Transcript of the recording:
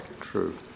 True